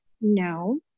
no